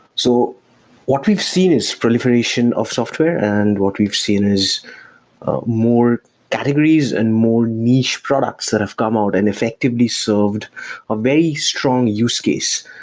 so what we've seen is proliferation of software, and what we've seen is more categories and more niche products that have come out and effectively served a very strong use case.